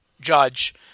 judge